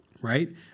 right